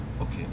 Okay